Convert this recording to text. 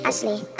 Ashley